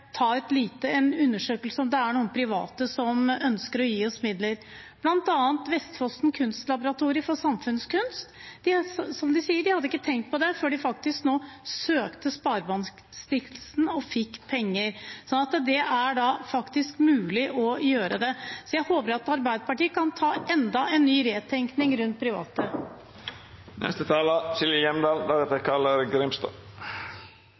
en liten undersøkelse av om det er noen private som ønsker å gi dem midler. Blant annet sier Vestfossen Kunstlaboratorium for samfunnskunst at de ikke hadde tenkt på det før de nå søkte Sparebankstiftelsen og fikk penger. Det er faktisk mulig å gjøre det, så jeg håper Arbeiderpartiet kan ta enda en ny re-tenking rundt private.